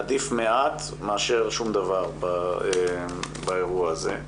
עדיף מעט מאשר שום דבר באירוע הזה.